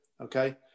okay